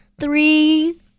Three